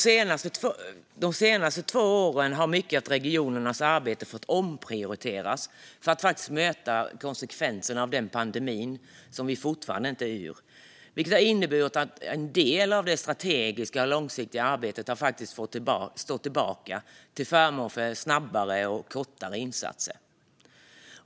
Under de senaste två åren har mycket av regionernas arbete fått omprioriteras för att möta konsekvenserna av pandemin, som vi fortfarande inte har kommit ur. Detta har inneburit att en del av det strategiska och långsiktiga arbetet har fått stå tillbaka till förmån för snabbare och kortare insatser.